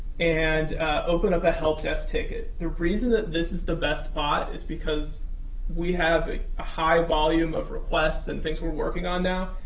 and open up a help desk ticket. the reason that this is the best spot is because we have a a high volume of requests and things we're working on now,